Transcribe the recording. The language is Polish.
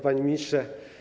Panie Ministrze!